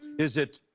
is it